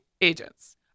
agents